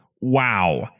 wow